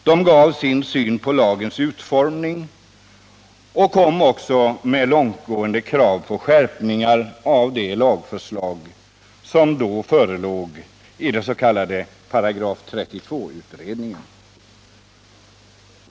De gav sin syn på Onsdagen den lagens utformning, och de kom också med långtgående krav på skärpningar 22 november 1978 av det lagförslag som då förelåg i den s.k. § 32-utredningen.